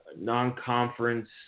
non-conference